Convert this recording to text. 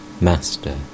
Master